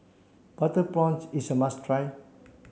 butter prawns is a must try